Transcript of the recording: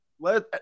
let